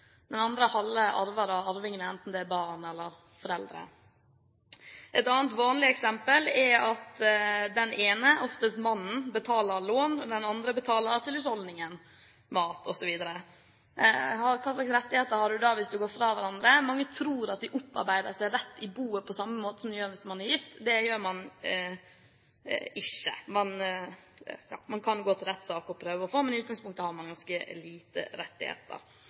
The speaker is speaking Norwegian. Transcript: Den andre halve arver da arvingene, enten det er barn eller foreldre. Et annet vanlig eksempel er at den ene, oftest mannen, betaler lån og den andre betaler til husholdningen, mat osv. Hva slags rettigheter har man da hvis man går fra hverandre? Mange tror at de opparbeider seg rett i boet på samme måte som man gjør hvis man er gift – det gjør man ikke. Man kan gå til rettssak og prøve å få, men i utgangspunktet har man ganske få rettigheter.